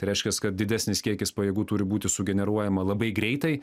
tai reiškias kad didesnis kiekis pajėgų turi būti sugeneruojama labai greitai